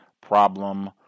problem